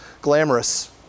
glamorous